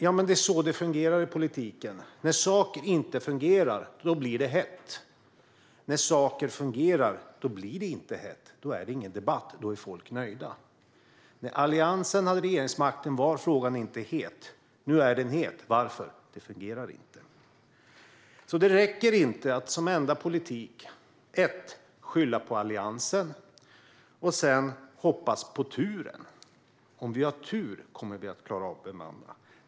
Ja, det är så det fungerar i politiken. När saker inte fungerar blir det hett. När saker fungerar blir det inte hett. Då är det ingen debatt. Då är folk nöjda. När Alliansen hade regeringsmakten var frågan inte het. Nu är den het. Varför? Jo, det fungerar inte. Det räcker inte att som enda politik skylla på Alliansen och sedan hoppas på turen. Om vi har tur kommer vi att klara av att bemanna.